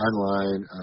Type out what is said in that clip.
Online